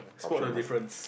spot the difference